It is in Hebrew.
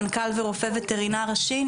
מנכ"ל ורופא וטרינר ראשי.